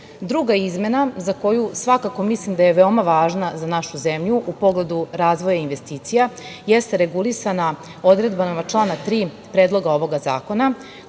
izmena, za koju svakako mislim da je veoma važna za našu zemlju u pogledu razvoja investicija, jeste regulisana odredbama člana 3. Predloga ovoga zakona,